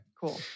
Cool